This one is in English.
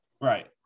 Right